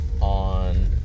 on